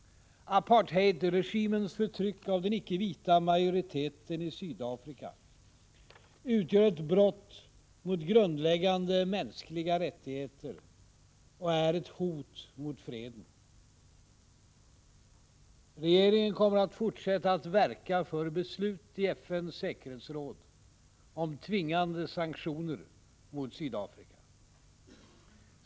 Apartheidregimens förtryck av den icke-vita majoriteten i Sydafrika utgör ett brott mot grundläggande mänskliga rättigheter och är ett hot mot freden. Regeringen kommer att fortsätta att verka för beslut i FN:s säkerhetsråd om tvingande sanktioner mot Sydafrika.